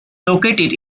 located